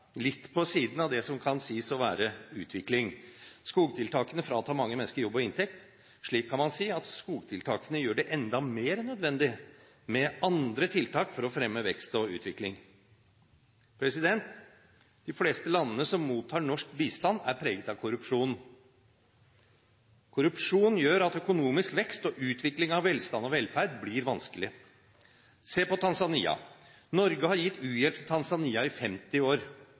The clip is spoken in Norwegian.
litt på siden av det som kan sies å være utvikling. Skogtiltakene fratar mange mennesker jobb og inntekt. Slik kan man si at skogtiltakene gjør det enda mer nødvendig med andre tiltak for å fremme vekst og utvikling. De fleste landene som mottar norsk bistand, er preget av korrupsjon. Korrupsjon gjør at økonomisk vekst og utvikling av velstand og velferd blir vanskelig. Se på Tanzania: Norge har gitt u-hjelp til Tanzania i 50 år.